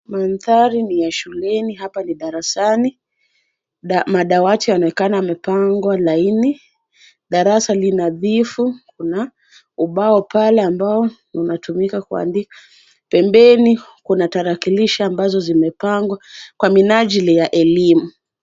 Mandhari ni ya shuleni, hapa nii darasani. Madawati yanaonekana yamepangwa laini. Darasa ni nadhifu na kuna ubao pale unaotumika kuandika. Pembeni kuna tarakilishi ambazo zimepangwa kwa minajili ya elimu.